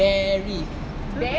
barry